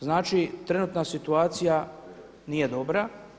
Znači, trenutna situacija nije dobra.